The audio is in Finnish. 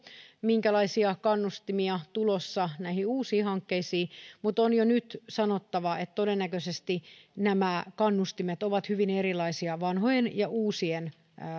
minkälaisia kannustimia on tulossa uusiin hankkeisiin mutta on jo nyt sanottava että todennäköisesti nämä kannustimet ovat hyvin erilaisia vanhojen ja uusien